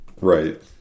right